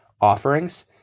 offerings